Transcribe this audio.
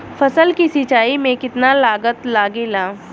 फसल की सिंचाई में कितना लागत लागेला?